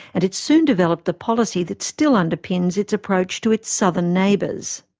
and it soon developed the policy that still underpins its approach to its southern neighbours.